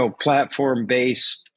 platform-based